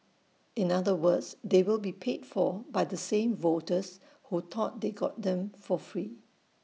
in other words they will be paid for by the same voters who thought they got them for free